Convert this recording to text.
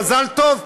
מזל טוב,